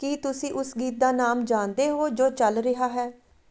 ਕੀ ਤੁਸੀਂ ਉਸ ਗੀਤ ਦਾ ਨਾਮ ਜਾਣਦੇ ਹੋ ਜੋ ਚੱਲ ਰਿਹਾ ਹੈ